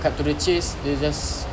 cut to the chase dia just